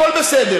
הכול בסדר.